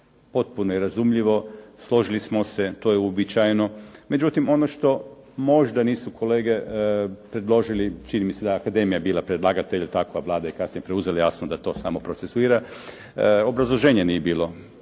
potpuno je razumljivo, složili smo se, to je uobičajeno. Međutim, ono što možda nisu kolege predložili, čini mi se da je akademija bila predlagatelj, a takva Vlada je kasnije preuzela, jasno da to samo procesuira. Obrazloženje nije bilo